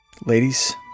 Ladies